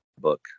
book